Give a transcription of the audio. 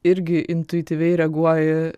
irgi intuityviai reaguoji